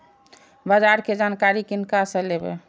बाजार कै जानकारी किनका से लेवे?